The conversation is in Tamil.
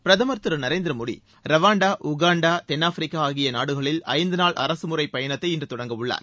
பிரதமர் திரு நரேந்திர மோடி ரவாண்டா உகாண்ட தென்னாப்பிரிக்கா ஆகிய நாடுகளில் ஐந்துநாள் அரசுமுறை பயணத்தை இன்று தொடங்கவுள்ளார்